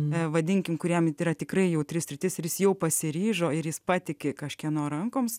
nevadinkime kuriam yra tikrai jautri sritis ir jis jau pasiryžo ir jis patiki kažkieno rankoms